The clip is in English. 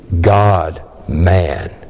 God-man